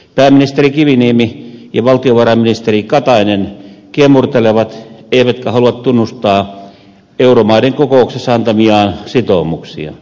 pääministeri kiviniemi ja valtiovarainministeri katainen kiemurtelevat eivätkä halua tunnustaa euromaiden kokouksessa antamiaan sitoumuksia